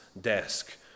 desk